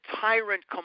tyrant